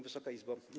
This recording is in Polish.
Wysoka Izbo!